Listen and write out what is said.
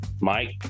Mike